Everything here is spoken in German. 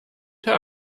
der